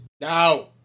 No